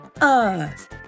Earth